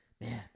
man